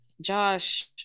josh